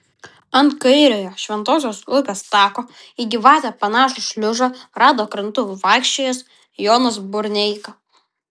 ant kairiojo šventosios upės tako į gyvatę panašų šliužą rado krantu vaikščiojęs jonas burneika